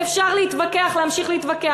ואפשר להמשיך ולהתווכח,